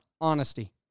honesty